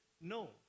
No